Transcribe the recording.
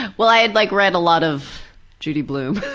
and well i had like read a lot of judy blume.